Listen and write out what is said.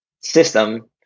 system